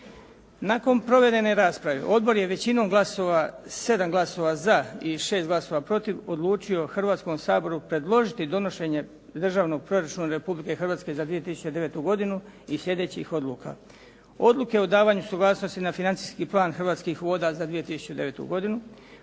Nakon provedene rasprave odbor je većinom glasova, 7 glasova za i 6 glasova protiv odlučio Hrvatskom saboru predložiti donošenje Državnog proračuna Republike Hrvatske za 2009. godinu iz sljedećih odluka. Odluke o davanju suglasnosti na Financijski plan Hrvatskih voda za 2009. godinu,